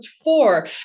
four